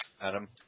Adam